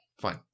Fine